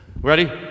Ready